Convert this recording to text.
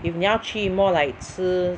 if 你要去 more like 吃